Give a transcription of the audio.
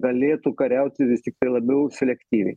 galėtų kariauti vis tiktai labiau selektyviai